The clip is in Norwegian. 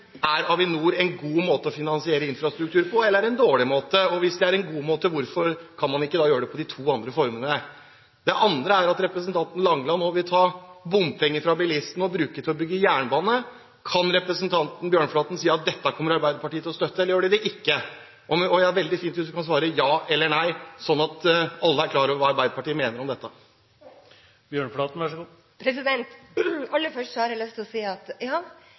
Er Avinor en god måte å finansiere infrastruktur på, eller er det en dårlig måte? Og hvis det er en god måte: Hvorfor kan man ikke da gjøre det i de to andre tilfellene? Representanten Langeland vil ta bompenger fra bilistene og bruke dem til å bygge jernbane. Kan representanten Bjørnflaten si at Arbeiderpartiet kommer til å støtte dette, eller gjør de det ikke? Det er veldig fint om hun kan svare ja eller nei, slik at alle er klar over hva Arbeiderpartiet mener om dette. Aller først har jeg lyst til å si: Ja,